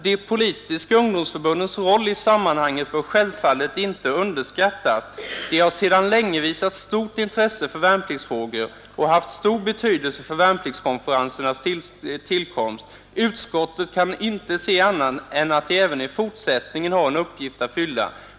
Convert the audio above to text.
”De politiska ungdomsförbundens roll i sammanhanget bör självfallet inte underskattas. De har sedan länge visat stort intresse för värnpliktsfrågor och har haft stor betydelse för värnpliktskonferensernas tillkomst. Utskottet kan inte se annat än att de även i fortsättningen har en uppgift att fylla.